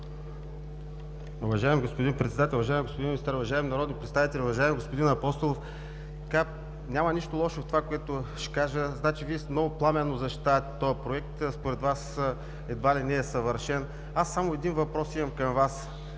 Уважаеми господин Председател, уважаеми господин Министър, уважаеми народни представители! Уважаеми господин Апостолов, няма нищо лошо в това, което ще кажа. Вие много пламенно защитавате този Проект. Според Вас едва ли не е съвършен. Само един въпрос имам към Вас: